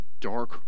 dark